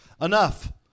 Enough